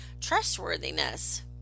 Trustworthiness